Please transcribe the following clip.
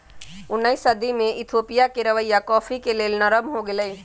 उनइस सदी में इथोपिया के रवैया कॉफ़ी के लेल नरम हो गेलइ